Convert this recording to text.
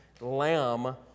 lamb